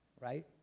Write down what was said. right